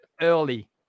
early